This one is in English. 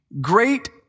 Great